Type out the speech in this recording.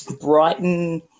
Brighton